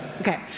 Okay